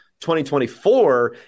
2024